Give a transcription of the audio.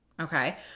okay